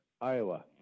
Iowa